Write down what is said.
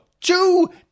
Two